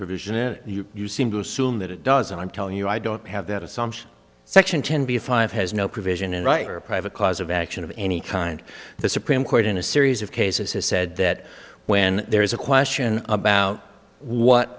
provision and you seem to assume that it does and i'm telling you i don't have that assumption section ten b five has no provision in writing or a private cause of action of any kind the supreme court in a series of cases has said that when there is a question about what